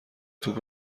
توپ